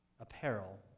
apparel